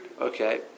Okay